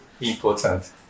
important